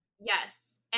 Yes